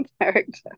character